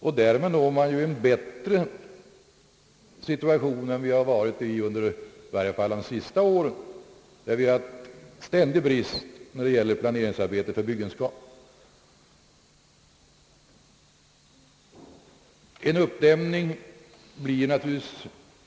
Därmed åstadkommer man ju en bättre situation än vi har haft i varje fall under de senaste åren, då vi dragits med ständiga brister i planeringsarbetet för byggenskapen.